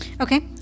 Okay